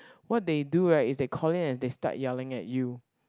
what they do right is they call in and they start yelling at you